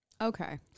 Okay